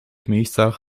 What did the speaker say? miejscach